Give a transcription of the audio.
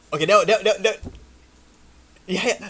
okay the~ the~ the~ the~ ya